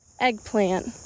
eggplant